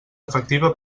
efectiva